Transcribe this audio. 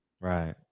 Right